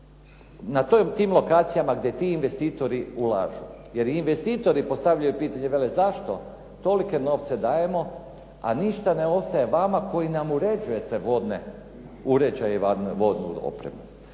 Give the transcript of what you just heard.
Na tim lokacijama gdje ti investitori ulažu. Jer investitori postavljaju pitanja i vele zašto tolike novce dajemo a ništa ne ostaje vama koji nam uređujete vodne uređaje i vodnu opremu.